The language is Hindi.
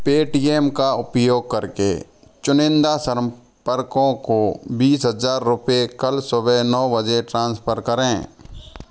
पेटीएम का उपयोग करके चुनिंदा संपर्को को बीस हज़ार रुपये कल सुबह नौ बजे ट्रांसफ़र करें